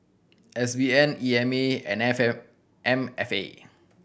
S B N E M A and F M M F A